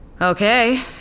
Okay